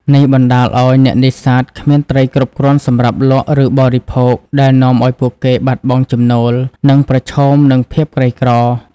នេះបណ្តាលឱ្យអ្នកនេសាទគ្មានត្រីគ្រប់គ្រាន់សម្រាប់លក់ ឬបរិភោគ ដែលនាំឱ្យពួកគេបាត់បង់ចំណូល និងប្រឈមនឹងភាពក្រីក្រ។